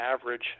average